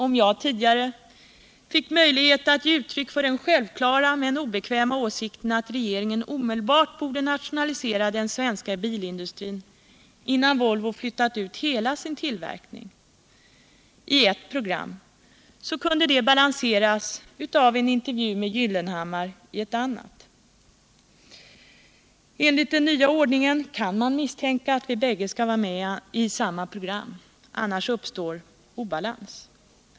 Om jag tidigare fick möjlighet att i ett program ge uttryck för den självklara men obekväma åsikten att regeringen omedelbart borde nationalisera den svenska bilindustrin, innan Volvo flyttar ut hela sin tillverkning, kunde detta balanseras av en intervju med Pehr Gyllenhammar i ett annat program. Enligt den nya ordningen skall vi bägge vara med i samma program. Annars uppstår obalans.